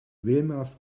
wilma’s